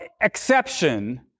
exception